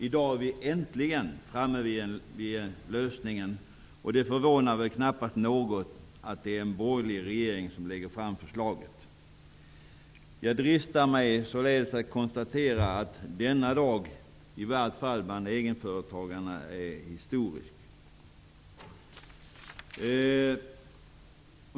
I dag är vi äntligen framme vid en lösning, och det förvånar väl knappast någon att det är en borgerlig regering som lägger fram förslaget. Jag dristar mig således att konstatera att denna dag, i varje fall när det gäller egenföretagarna, är historisk.